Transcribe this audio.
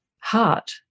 heart